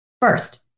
First